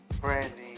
Brandy